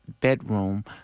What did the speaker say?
bedroom